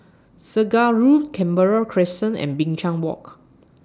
Segar Road Canberra Crescent and Binchang Walk